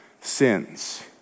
sins